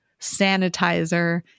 sanitizer